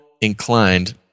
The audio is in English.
inclined